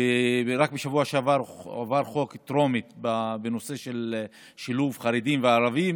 ורק בשבוע שעבר עבר חוק בטרומית בנושא של שילוב חרדים וערבים.